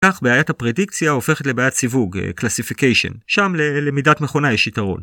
כך בעיית הפרדיקציה הופכת לבעיית סיווג, Classification, שם ללמידת מכונה יש יתרון.